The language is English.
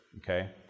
okay